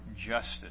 justice